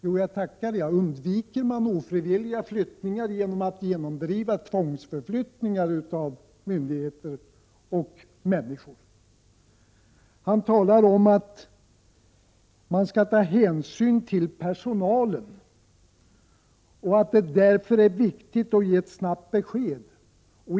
Jo, jag tackar jag — undviker man ofrivilliga flyttningar genom att genomdriva tvångsförflyttningar av myndigheter och människor? Agne Hansson talade om att man skall ta hänsyn till personalen och sade att det därför är viktigt att snabbt ge besked.